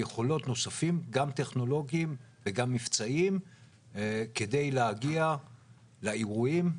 יכולות נוספים גם טכנולוגיים וגם מבצעיים כדי להגיע לאירועים,